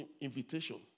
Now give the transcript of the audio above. invitation